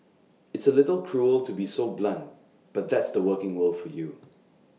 it's A little cruel to be so blunt but that's the working world for you